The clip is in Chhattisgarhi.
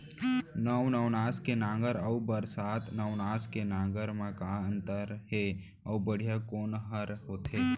नौ नवनास के नांगर अऊ बरसात नवनास के नांगर मा का अन्तर हे अऊ बढ़िया कोन हर होथे?